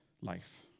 life